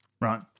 Right